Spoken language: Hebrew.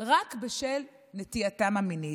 רק בשל נטייתם המינית.